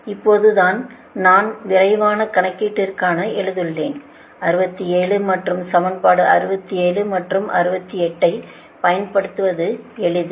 இப்போது அதனால் தான் நான் விரைவான கணக்கீட்டிற்காக எழுதியுள்ளேன் 67 மற்றும் சமன்பாடு 67 மற்றும் 68 ஐப் பயன்படுத்துவது எளிது